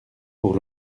pour